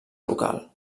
local